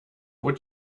would